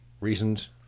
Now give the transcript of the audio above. Reasons